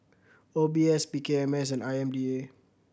O B S P K M S and I M D A